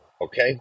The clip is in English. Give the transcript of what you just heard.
okay